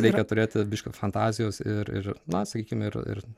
reikia turėti biškį fantazijos ir ir na sakykim ir ir